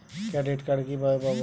Credit card কিভাবে পাব?